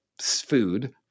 food